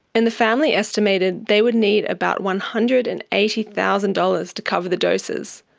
and the family estimated they would need about one hundred and eighty thousand dollars to cover the doses.